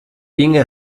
inge